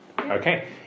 Okay